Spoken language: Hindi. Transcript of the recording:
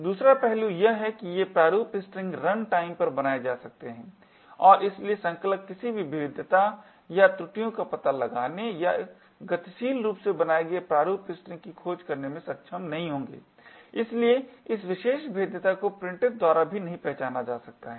दूसरा पहलू यह है कि ये प्रारूप स्ट्रिंग रनटाइम पर बनाए जा सकते हैं और इसलिए संकलक किसी भी भेद्यता या त्रुटियों का पता लगाने या गतिशील रूप से बनाए गए प्रारूप स्ट्रिंग की खोज करने में सक्षम नहीं होंगे इसलिए इस विशेष भेद्यता को printf द्वारा भी नहीं पहचाना जा सकता है